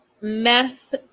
meth